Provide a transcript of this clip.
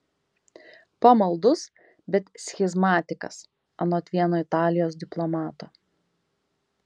pamaldus bet schizmatikas anot vieno italijos diplomato